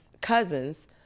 cousins